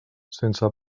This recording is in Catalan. sense